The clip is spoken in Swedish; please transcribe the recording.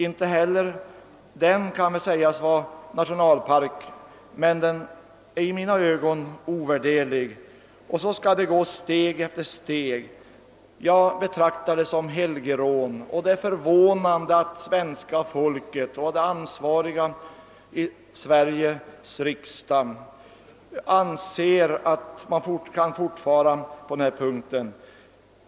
Inte heller den kan väl sägas vara nationalpark, men den är i mina ögon ovärderlig. Så går det steg för steg. Jag betraktar det som ett helgerån, och det är förvånande, att svenska folket och de ansvariga i Sveriges riksdag anser, att man kan fortsätta på detta sätt.